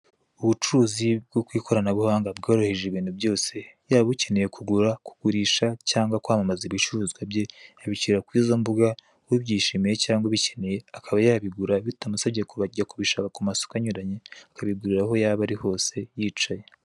Ubucuruzi bwo ku ikoranabuhanga bworoheje ibintu byose, yaba ukeneye kugura, kugurisha, cyangwa kwamamaza ibicuruzwa bye, yabishyira ku izo mbuga, ubyishimiye cyangwa ubikeneye akaba yabigura bitamusabye kujya kubishaka ku masoko anyuranye akabigurira aho yaba ari hose yicaye.